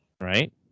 Right